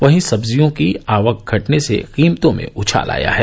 वहीं सब्जियों की आवक घटने से कीमर्तो में उछाल आया है